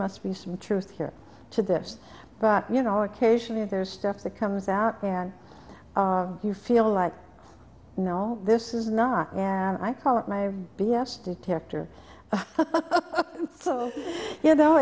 must be some truth here to this but you know occasionally there's stuff that comes out and you feel like no this is not and i call it my b s detector you know